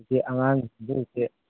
ꯍꯧꯖꯤꯛ ꯑꯉꯥꯡ